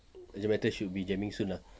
urgent matter should be jamming soon